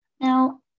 Now